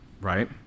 right